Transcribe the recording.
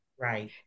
Right